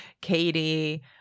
Katie